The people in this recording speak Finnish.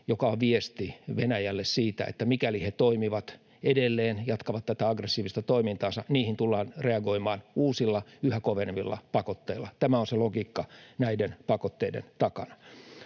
joka on viesti Venäjälle siitä, että mikäli he edelleen jatkavat tätä aggressiivista toimintaansa, siihen tullaan reagoimaan uusilla, yhä kovenevilla pakotteilla. Tämä on se logiikka näiden pakotteiden takana.